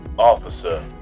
officer